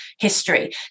History